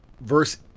verse